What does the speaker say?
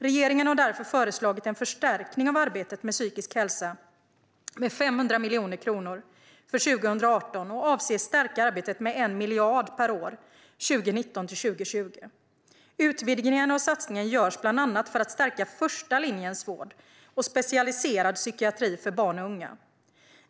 Regeringen har därför föreslagit en förstärkning av arbetet med psykisk hälsa med 500 miljoner kronor för 2018 och avser att stärka arbetet med 1 miljard kronor per år 2019 och 2020. Utvidgningen av satsningen görs bland annat för att stärka första linjens vård och specialiserad psykiatri för barn och unga.